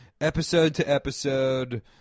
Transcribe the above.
episode-to-episode